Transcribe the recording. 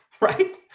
right